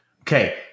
Okay